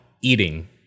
Eating